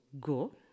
go